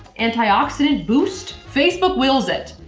anti-oxidant boost? facebook wills it,